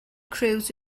cruise